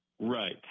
Right